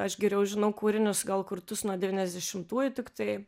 aš geriau žinau kūrinius gal kurtus nuo devyniasdešimtųjų tiktai